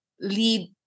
lead